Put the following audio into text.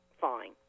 fine